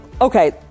Okay